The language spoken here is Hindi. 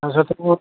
ऐसा तो बहुत